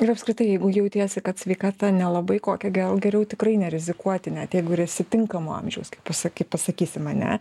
ir apskritai jeigu jautiesi kad sveikata nelabai kokia gal geriau tikrai nerizikuoti net jeigu esi tinkamo amžiaus kaip pasakyt pasakysim ane